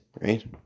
right